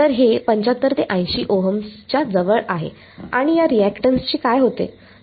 हे 75 ते 80 ओहम्सच्या जवळ आहे आणि या रिएक्टन्सचे काय होते